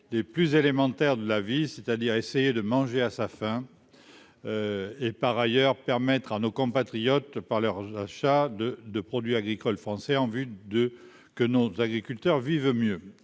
des plus élémentaires de la vie, c'est-à-dire essayer de manger à sa faim et par ailleurs permettre à nos compatriotes, par leurs achats de de produits agricoles français en vue de que nos agriculteurs vivent mieux,